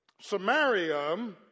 Samaria